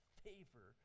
favor